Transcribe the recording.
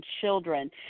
children